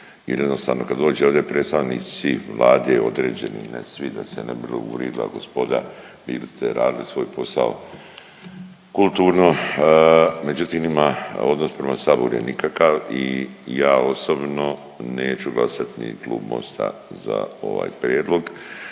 jednostavno kad dođu ovdje predstavnici Vlade određeni, ne svi da se ne bi uvridila gospoda, bili ste radili svoj posao kulturno, međutim ima odnos prema saboru je nikakav i ja osobno neću glasat, ni Klub Mosta za ovaj prijedlog,